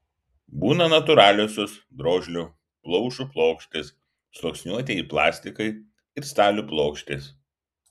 būna natūraliosios drožlių plaušų plokštės sluoksniuotieji plastikai ir stalių plokštės